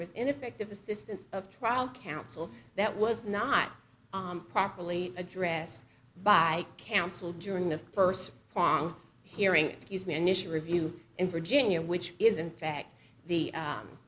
was ineffective assistance of trial counsel that was not properly addressed by counsel during the first pong hearing excuse me an issue review in virginia which is in fact the